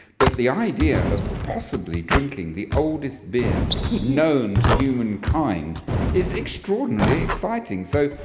but the idea of possibly drinking the oldest beer known to humankind is extraordinarily exciting. so,